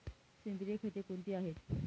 सेंद्रिय खते कोणती आहेत?